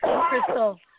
Crystal